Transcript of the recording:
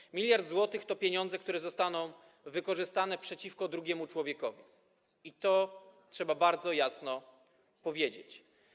1 mld zł to pieniądze, które zostaną wykorzystane przeciwko drugiemu człowiekowi - i to trzeba bardzo jasno powiedzieć.